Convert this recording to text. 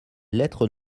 lettre